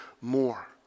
more